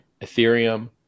Ethereum